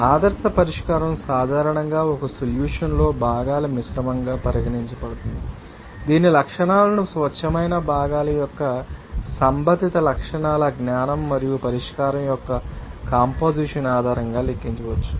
ఆదర్శ పరిష్కారం సాధారణంగా ఒక సొల్యూషన్ లో భాగాల మిశ్రమంగా పరిగణించబడుతుంది దీని లక్షణాలను స్వచ్ఛమైన భాగాల యొక్క సంబంధిత లక్షణాల జ్ఞానం మరియు పరిష్కారం యొక్క కంపొజిషన్ ఆధారంగా లెక్కించవచ్చు